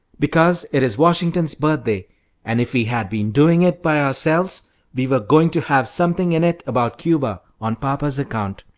because it is washington's birthday and if we had been doing it by ourselves we were going to have something in it about cuba, on papa's account.